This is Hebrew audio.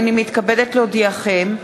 הנני מתכבדת להודיעכם,